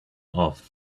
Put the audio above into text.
off